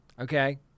Okay